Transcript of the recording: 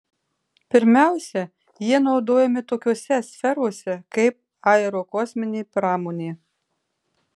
pirmiausia jie naudojami tokiose sferose kaip aerokosminė pramonė